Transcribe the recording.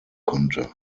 konnte